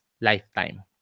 lifetime